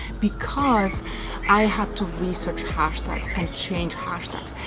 because i had to research hashtags and change hashtags.